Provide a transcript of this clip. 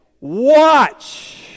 Watch